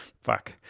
Fuck